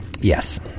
Yes